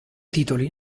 titoli